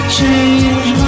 change